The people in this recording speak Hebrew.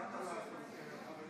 כבוד